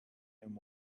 and